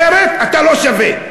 אחרת אתה לא שווה.